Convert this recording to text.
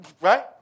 right